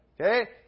Okay